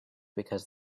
because